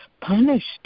punished